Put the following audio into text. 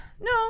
no